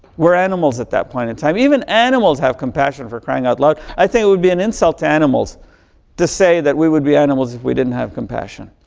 we're animals at that point in time. even animals have compassion for crying out loud. i think it would be an insult to animals to say that we would be animals if we didn't have compassion.